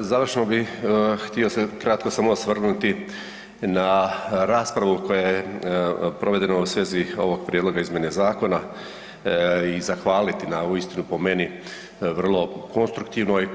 Završno bi htio se kratko samo se osvrnuti na raspravu koja je provedena u svezi ovog prijedloga izmjene zakona i zahvaliti na uistinu po meni vrlo konstruktivnoj,